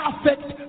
Perfect